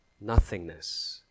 nothingness